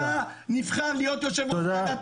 זו בושה שאתה נבחר להיות יושב-ראש ועדת הפנים.